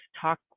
talk